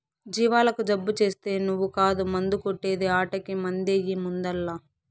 జీవాలకు జబ్బు చేస్తే నువ్వు కాదు మందు కొట్టే ది ఆటకి మందెయ్యి ముందల్ల